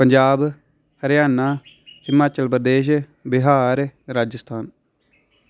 Punjab Haryana Himachal Pradesh Bihar Rajasthan